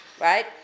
right